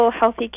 healthy